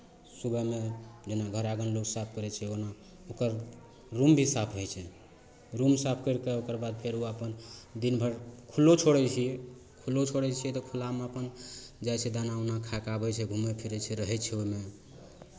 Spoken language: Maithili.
सुबहमे जेना घर आङ्गन लोक साफ करै छै ओना ओकर रूम भी साफ होइ छै रूम साफ करि कऽ ओकर बाद फेर ओ अपन दिन भरि खुल्लो छोड़ै छियै खुल्लो छोड़ै छियै तऽ खुल्लामे अपन जाइ छै दाना ऊना खाए कऽ आबै छै घुमै फिरै छै रहै छै ओहिमे